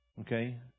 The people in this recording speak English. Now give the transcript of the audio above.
okay